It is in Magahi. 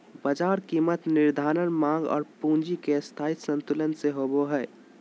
बाजार कीमत निर्धारण माँग और पूर्ति के स्थायी संतुलन से होबो हइ